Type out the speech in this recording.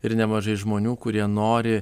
ir nemažai žmonių kurie nori